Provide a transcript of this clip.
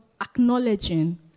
acknowledging